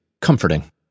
Comforting